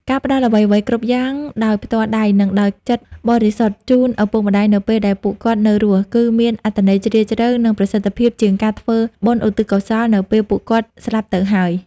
ការផ្តល់អ្វីៗគ្រប់យ៉ាងដោយផ្ទាល់ដៃ និងដោយចិត្តបរិសុទ្ធជូនឪពុកម្តាយនៅពេលដែលពួកគាត់នៅរស់ គឺមានអត្ថន័យជ្រាលជ្រៅ និងប្រសិទ្ធភាពជាងការធ្វើបុណ្យឧទ្ទិសកុសលនៅពេលពួកគាត់ស្លាប់ទៅហើយ។